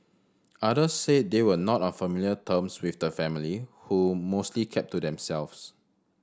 others said they were not on familiar terms with the family who mostly kept to themselves